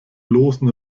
losen